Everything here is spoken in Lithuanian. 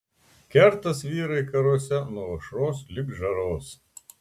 kertas vyrai karuose nuo aušros lig žaros